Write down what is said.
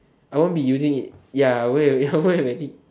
I won't be using it ya wait already how many already